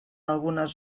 algunes